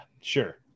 sure